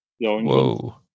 Whoa